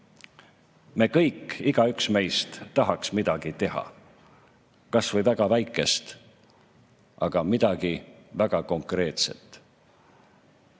Me kõik, igaüks meist tahaks midagi teha, kas või väga väikest, aga midagi väga konkreetset.